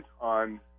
on